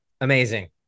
Amazing